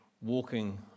walking